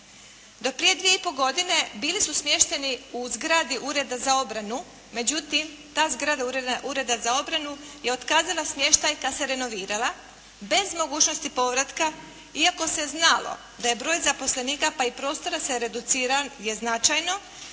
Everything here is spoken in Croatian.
Do prije dvije i pol godine bili su smješteni u zgradi Ureda za obranu, međutim ta zgrada Ureda za obranu je otkazala smještaj kad se renovirala bez mogućnosti povratka, iako se znalo da je broj zaposlenika pa i prostora se reduciran je značajno,